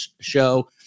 show